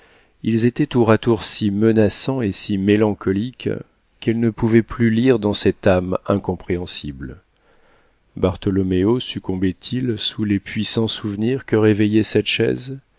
ils étaient tour à tour si menaçants et si mélancoliques qu'elle ne pouvait plus lire dans cette âme incompréhensible bartholoméo succombait il sous les puissants souvenirs que réveillait cette chaise